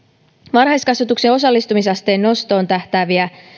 varhaiskasvatuksen osallistumisasteen nostoon tähtäävää